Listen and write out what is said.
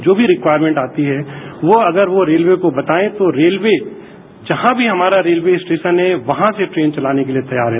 जो भी रिक्यायरमेंट आती है वो अगर वो रेलवे को बताएं तो रेलवे जहां भी हमारा रेलवेस्टेशन है वहां से ट्रेन चलाने के लिए तैयार है